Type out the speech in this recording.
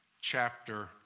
chapter